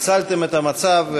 הצלתם את המצב,